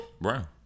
Brown